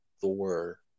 thor